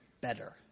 better